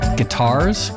guitars